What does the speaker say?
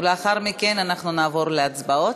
ולאחר מכן נעבור להצבעות.